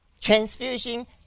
transfusion